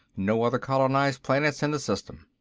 no other colonized planets in the system.